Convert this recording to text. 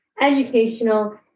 educational